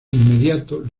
inmediato